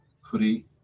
hoodie